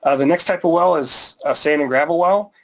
ah the next type of well is a sand and gravel well.